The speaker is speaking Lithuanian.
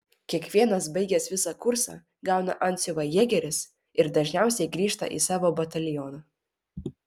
kiekvienas baigęs visą kursą gauna antsiuvą jėgeris ir dažniausiai grįžta į savo batalioną